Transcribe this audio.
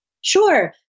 Sure